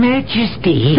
Majesty